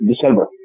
December